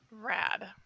Rad